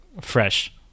fresh